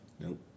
Nope